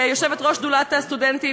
כיושבת-ראש שדולת הסטודנטים,